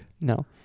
No